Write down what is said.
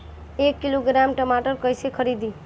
एक किलोग्राम टमाटर कैसे खरदी?